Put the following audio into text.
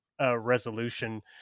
resolution